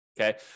Okay